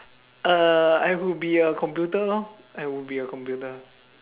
uh I would be a computer lor I will be a computer